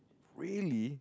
really